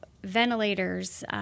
ventilators